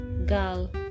girl